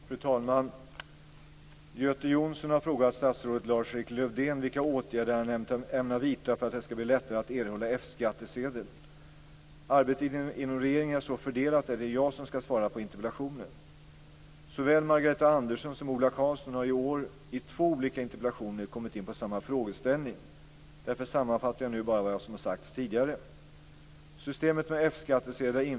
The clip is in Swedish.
Fru talman! Göte Jonsson har frågat statsrådet Lars-Erik Lövdén vilka åtgärder han ämnar vidta för att det skall bli lättare att erhålla F-skattsedel. Arbetet inom regeringen är så fördelat att det är jag som skall svara på interpellationen. Såväl Margareta Andersson som Ola Karlsson har i år i två olika interpellationer kommit in på samma frågeställning. Därför sammanfattar jag nu bara vad som sagts tidigare.